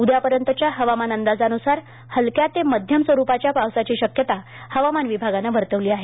उद्यापर्यंतच्या हवामानच्या अंदाजन्सार हलक्या ते मध्यम स्वरुपाच्या पावसाची शक्यता हवामान विभागानं वर्तवली आहे